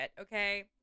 okay